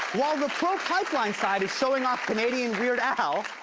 while the pro-pipeline side is showing off canadian weird al,